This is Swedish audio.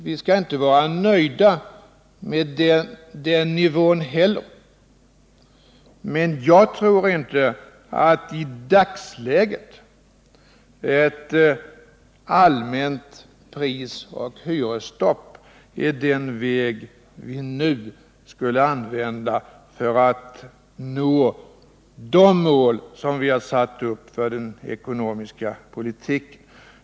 vi skall inte vara nöjda med den nivån heller. Men jag tror inte att i dagsläget ett införande av allmänt prisoch hyresstopp är den väg vi borde gå för att nå de mål som vi har satt upp för den ekonomiska politiken.